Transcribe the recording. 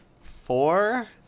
four